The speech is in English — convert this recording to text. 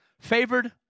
favored